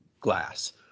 glass